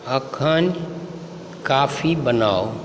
अखन कॉफी बनाउ